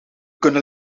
kunnen